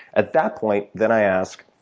at that point then i ask,